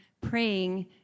praying